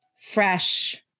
fresh